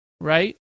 right